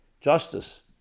justice